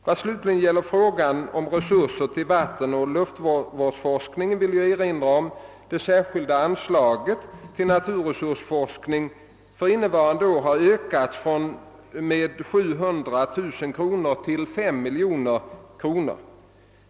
Vad slutligen gäller frågan om re surser till vattenoch luftvårdsforskning vill jag erinra om att det särskilda anslaget till naturresursforskning för innevarande budgetår ökades med 700 000 kronor till 5 miljoner kronor.